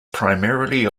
primarily